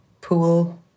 pool